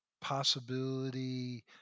possibility